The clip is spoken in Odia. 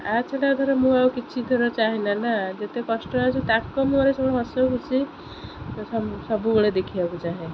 ଆଛଡ଼ା ଧର ମୁଁ ଆଉ କିଛି ଥର ଚାହେଁ ନା ଯେତେ କଷ୍ଟ ଆସୁଛି ତାକୁ ମୁଁ ମୋର ସବୁ ହସ ଖୁସି ସବୁବେଳେ ଦେଖିବାକୁ ଚାହେଁ